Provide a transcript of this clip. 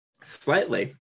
slightly